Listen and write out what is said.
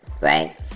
Right